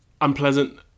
unpleasant